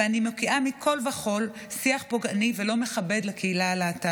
ואני מוקיעה מכול וכול שיח פוגעני ולא מכבד כלפי